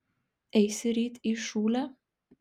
eisi ryt į šūlę